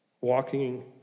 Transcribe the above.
walking